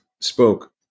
spoke